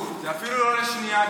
אפילו לא לשנייה.